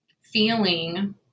feeling